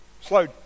Slow